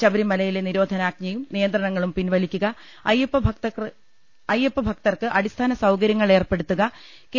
ശബരിമലയിലെ നിരോധനാജ്ഞയും നിയ്ന്ത്രണ്ങളും പിൻവലിക്കുക അയ്യപ്പഭ ക്തർക്ക് അടിസ്ഥാന്റ സൌകർ്യങ്ങൾ ഏർപ്പെടുത്തുക കെ